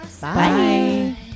Bye